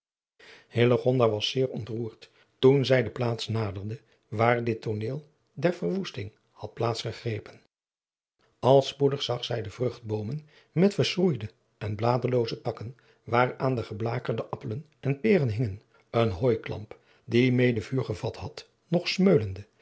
was zeer ontroerd toen zij de plaats naderde waar dit tooneel der verwoesting had plaats gegrepen al spoedig zag zij de vruchtboomen met verschroeide en bladerlooze takken waaraan de geblakerde appelen en peren hingen een hooiklamp die mede vuur gevat had nog smeulende